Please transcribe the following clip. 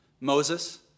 Moses